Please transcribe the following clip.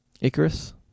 Icarus